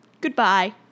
Goodbye